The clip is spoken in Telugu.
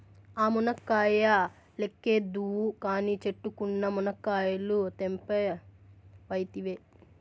ఆ మునక్కాయ లెక్కేద్దువు కానీ, చెట్టుకున్న మునకాయలు తెంపవైతివే